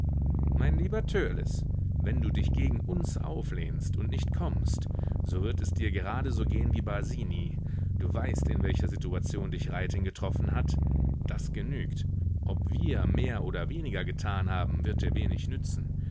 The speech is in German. mein lieber törleß wenn du dich gegen uns auflehnst und nicht kommst so wird es dir gerade so gehen wie basini du weißt in welcher situation dich reiting getroffen hat das genügt ob wir mehr oder weniger getan haben wird dir wenig nützen